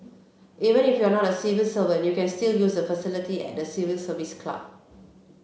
even if you are not a civil servant you can still use the facility at the Civil Service Club